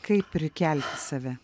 kaip prikelti save